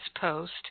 post